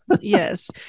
Yes